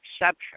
exception